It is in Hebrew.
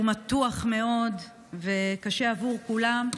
שהוא מתוח מאוד וקשה עבור כולם,